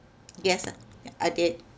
yes ah I did